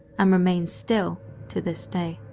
and remains still to this day.